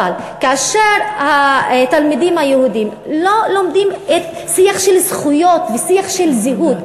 אבל כאשר התלמידים היהודים לא לומדים שיח של זכויות ושיח של זהות,